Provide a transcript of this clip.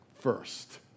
First